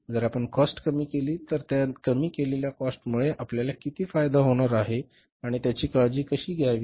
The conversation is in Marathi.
जर आपण काॅस्ट कमी केली तर त्या कमी केलेल्या काॅस्टमुळे आपल्याला किती फायदा होणार आहे आणि त्याची काळजी कशी घ्यावी